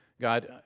God